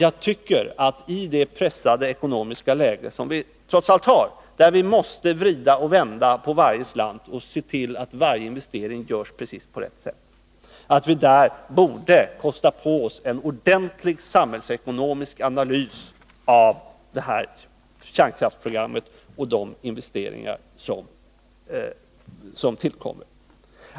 Jag tycker att i det pressade ekonomiska läge som vi trots allt har, där vi måste vrida och vända på varje slant och se till att varje investering görs precis på rätt sätt, borde vi kosta på oss en ordenlig samhällsekonomisk analys av kärnkraftsprogrammet och de investeringar som tillkommer.